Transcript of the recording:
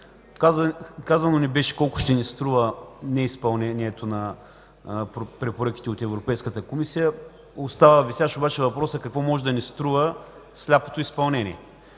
Казано ни беше колко ще ни струва неизпълнението на препоръките от Европейската комисия. Остава висящ обаче въпросът какво може да ни струва сляпото изпълнение.